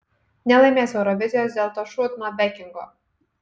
nelaimės eurovizijos dėl to šūdino bekingo